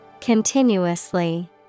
Continuously